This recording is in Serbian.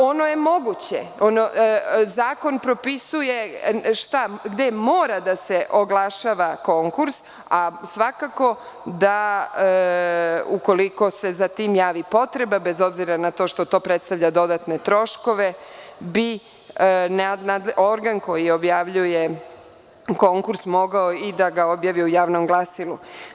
Ono je moguće, zakon propisuje gde mora da se oglašava konkurs, a svakako da ukoliko se za tim javi potreba bez obzira na to što to predstavlja dodatne troškove, bi organ koji objavljuje konkurs mogao i da ga objavi u javnom glasilu.